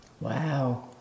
Wow